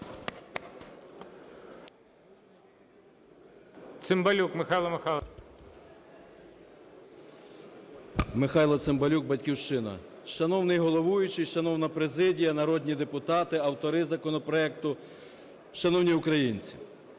Михайло Цимбалюк, "Батьківщина". Шановний головуючий! Шановна президія, народні депутати, автори законопроекту! Шановні українці!